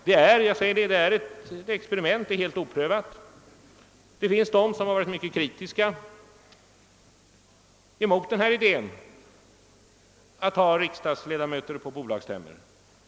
Det är ett experiment och helt oprövat. Det har höjts kritiska röster mot idén att ha riksdagsledamöter med på bolagsstämmor.